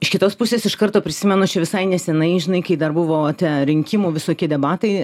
iš kitos pusės iš karto prisimenu aš čia visai nesenai žinai kai dar buvo tie rinkimų visokie debatai